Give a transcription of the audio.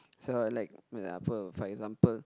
so I like for example for example